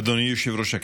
אדוני היושב-ראש,